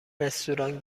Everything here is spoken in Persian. رستوران